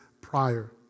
prior